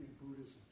Buddhism